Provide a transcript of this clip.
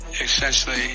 essentially